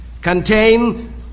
contain